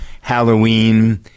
Halloween